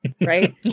right